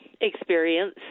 experience